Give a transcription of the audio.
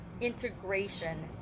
integration